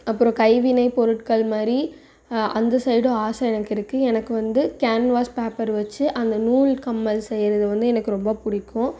அப்புறம் கைவினைப் பொருட்கள் மாதிரி அந்த சைடும் ஆசை எனக்கு இருக்குது எனக்கு வந்து கேன்வாஸ் பேப்பர் வச்சி அந்த நூல் கம்மல் செய்கிறது வந்து எனக்கு ரொம்ப பிடிக்கும்